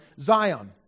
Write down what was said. Zion